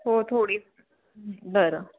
हो थोडी बरं